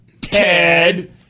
Ted